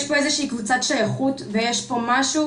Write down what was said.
יש פה איזושהי קבוצת שייכות ויש פה משהו